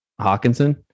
Hawkinson